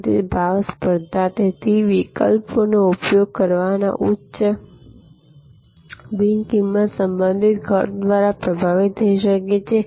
તેથી ભાવ સ્પર્ધા તેથી વિકલ્પોનો ઉપયોગ કરવાના ઉચ્ચ બિન કિંમત સંબંધિત ખર્ચ દ્વારા પ્રભાવિત થઈ શકે છે